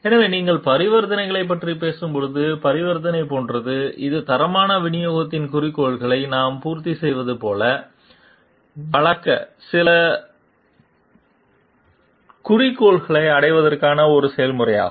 எனவே நீங்கள் பரிவர்த்தனைகளைப் பற்றி பேசும் போது பரிவர்த்தனை போன்றது இது தரமான விநியோகத்தின் குறிக்கோளை நாம் பூர்த்தி செய்வதைப் போல வழங்க சில குறிக்கோள்களை அடைவதற்கான ஒரு செயல்முறையாகும்